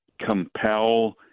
compel